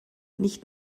nicht